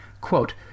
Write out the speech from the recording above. Quote